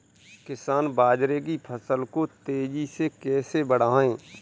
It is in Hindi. किसान बाजरे की फसल को तेजी से कैसे बढ़ाएँ?